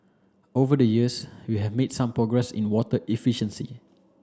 over the years we have made some progress in water efficiency